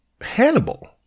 Hannibal